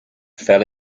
fell